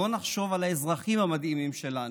בואו נחשוב על האזרחים המדהימים שלנו,